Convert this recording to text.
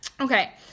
Okay